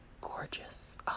gorgeous